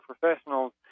professionals